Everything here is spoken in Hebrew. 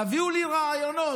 תביאו לי רעיונות,